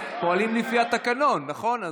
פועלים לפי התקנון, נכון?